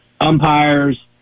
umpires